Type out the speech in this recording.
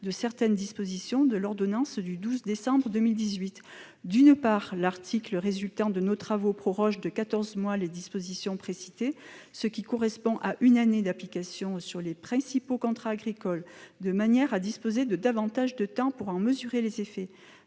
de certaines dispositions de l'ordonnance du 12 décembre 2018. D'une part, l'article résultant de nos travaux proroge de quatorze mois les dispositions précitées, ce qui correspond à une année d'application sur les principaux contrats agricoles, afin de disposer de plus de temps pour en mesurer les effets.